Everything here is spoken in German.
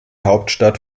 hauptstadt